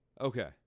Okay